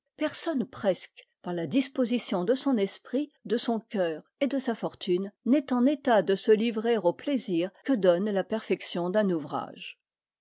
personne presque par la disposition de son esprit de son cœur et de sa fortune n'est en état de se livrer au plaisir que donne la perfection d'un ouvrage